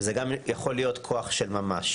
וזה גם יכול להיות כוח של ממש.